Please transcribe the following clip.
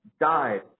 died